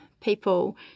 people